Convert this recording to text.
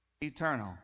eternal